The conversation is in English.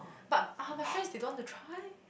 but uh my friends they don't want to try